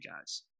guys